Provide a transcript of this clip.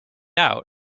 out